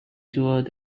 toward